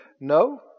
No